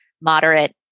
moderate